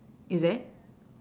is it